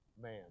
man